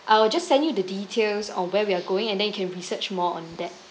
I'll just send you the details on where we're going and then you can research more on that